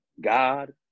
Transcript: God